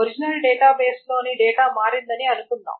original database లోని data మారిందని అనుకుందాం